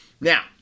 Now